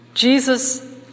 Jesus